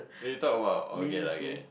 when you talk about okay lah okay